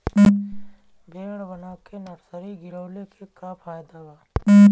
Bed बना के nursery गिरवले के का फायदा बा?